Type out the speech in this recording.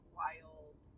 wild